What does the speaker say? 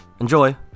Enjoy